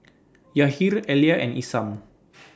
Yahir Elia and Isam